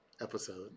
episode